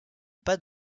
pas